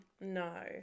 No